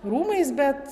rūmais bet